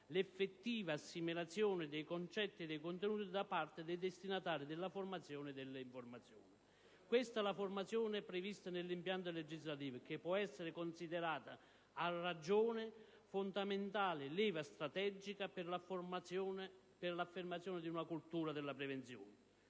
l'effettiva assimilazione dei concetti e dei contenuti da parte dei destinatari della formazione e dell'informazione. Questa la formazione prevista nell'impianto legislativo, che può essere considerata a ragione una fondamentale leva strategica per l'affermazione di una cultura della prevenzione.